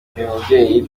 mubyeyi